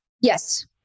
Yes